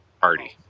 party